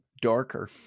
darker